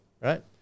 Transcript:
right